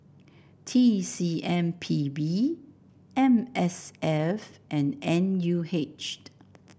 T C M P B M S F and N U H